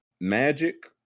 Magic